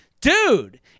dude